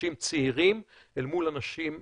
אנשים צעירים, אל מול אנשים מבוגרים.